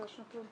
לא ביקשנו כלום.